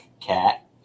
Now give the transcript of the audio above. cat